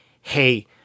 hey